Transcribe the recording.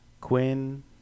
Quinn